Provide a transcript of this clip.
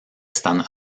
están